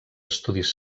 estudis